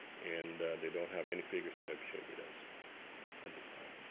and they don't have any figures that they've shared with us at this time.